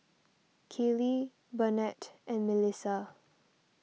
Keely Burnett and Milissa